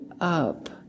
up